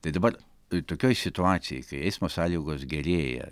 tai dabar tokioj situacijoj kai eismo sąlygos gerėja